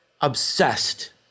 obsessed